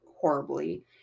horribly